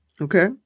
Okay